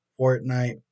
Fortnite